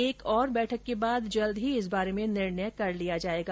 एक और बैठक के बाद जल्द ही इस बारे में निर्णय कर लिया जायेगा